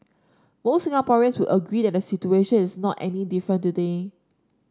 most Singaporeans would agree that the situation is not any different today